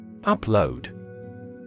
Upload